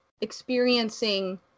experiencing